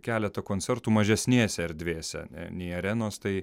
keletą koncertų mažesnėse erdvėse nei arenos tai